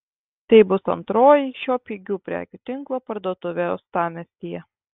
tai bus antroji šio pigių prekių tinklo parduotuvė uostamiestyje